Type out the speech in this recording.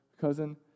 cousin